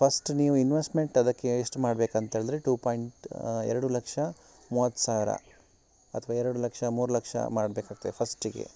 first ನೀವು investment ಅದಕ್ಕೆ ಎಷ್ಟು ಮಾಡ್ಬೇಕಂತ ಹೇಳಿದ್ರೆ ಟು ಪಾಯಿಂಟ್ ಎರಡು ಲಕ್ಷ ಮೂವತ್ತು ಸಾವಿರ ಅಥವಾ ಎರಡು ಲಕ್ಷ ಮೂರು ಲಕ್ಷ ಮಾಡಬೇಕಾಗ್ತದೆ ಫಸ್ಟಿಗೆ